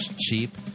Cheap